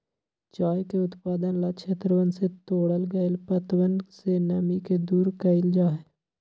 चाय के उत्पादन ला क्षेत्रवन से तोड़ल गैल पत्तवन से नमी के दूर कइल जाहई